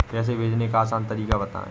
पैसे भेजने का आसान तरीका बताए?